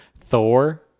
Thor